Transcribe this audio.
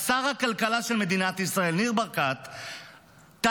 אז שר הכלכלה של מדינת ישראל, ניר ברקת, טס